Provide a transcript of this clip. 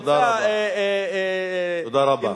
תודה רבה.